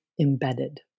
embedded